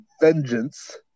Vengeance